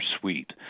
suite